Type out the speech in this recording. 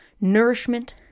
nourishment